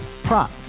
Prop